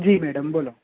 જી madam બોલો